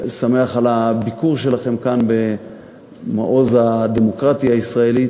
ושמח על הביקור שלכם כאן במעוז הדמוקרטיה הישראלית.